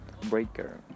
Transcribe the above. Breaker